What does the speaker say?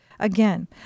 Again